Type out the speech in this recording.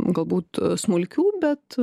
galbūt smulkių bet